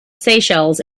seychelles